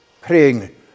praying